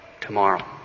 tomorrow